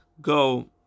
go